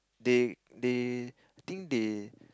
they they think they